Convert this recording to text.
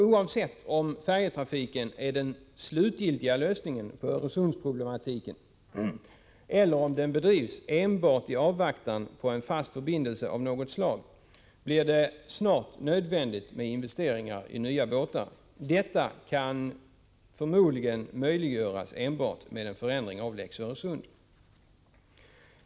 Oavsett om färjetrafiken är den slutgiltiga lösningen på Öresundsproblematiken eller om den bedrivs enbart i avvaktan på en fast förbindelse av något slag blir det snart nödvändigt med investeringar i nya båtar. Detta kan förmodligen möjliggöras enbart med en förändring av Lex Öresund.